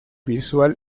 visual